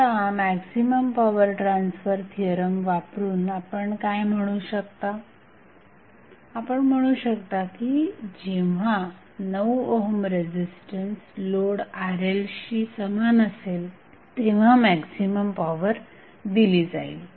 आता maximum power transfer theorem वापरून आपण काय म्हणू शकता आपण म्हणू शकता की जेव्हा 9 ओहम रेझिस्टन्स लोड RL शी समान असेल तेव्हा मॅक्झिमम पॉवर दिली जाईल